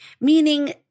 meaning